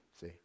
See